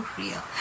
real